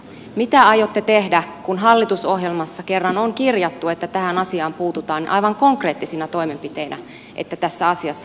mitä aiotte tehdä kun hallitusohjelmaan kerran on kirjattu että tähän asiaan puututaan aivan konkreettisina toimenpiteinä että tässä asiassa edetään